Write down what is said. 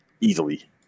easily